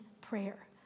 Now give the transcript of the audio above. prayer